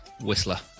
Whistler